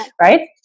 right